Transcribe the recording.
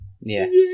Yes